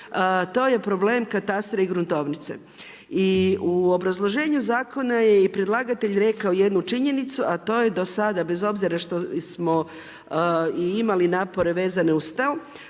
to je problem katastra i gruntovnice. I u obrazloženju zakona je i predlagatelj rekao jednu činjenicu, a to je do sada bez obzira što smo i imali napore vezane uz